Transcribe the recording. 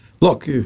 look